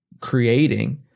creating